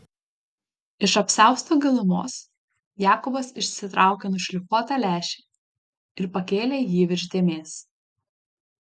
iš apsiausto gilumos jakobas išsitraukė nušlifuotą lęšį ir pakėlė jį virš dėmės